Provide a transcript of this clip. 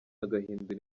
agahindura